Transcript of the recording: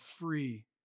free